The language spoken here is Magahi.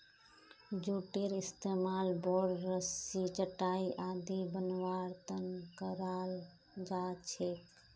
जूटेर इस्तमाल बोर, रस्सी, चटाई आदि बनव्वार त न कराल जा छेक